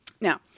Now